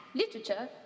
literature